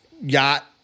yacht